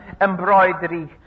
embroidery